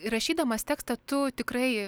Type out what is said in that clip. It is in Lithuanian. rašydamas tekstą tu tikrai